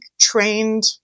trained